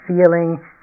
feeling